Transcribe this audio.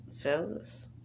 fellas